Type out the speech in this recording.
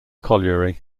colliery